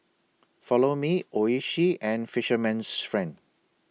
Follow Me Oishi and Fisherman's Friend